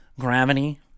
gravity